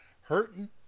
hurting